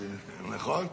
נכון?